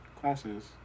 classes